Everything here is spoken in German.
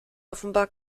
offenbar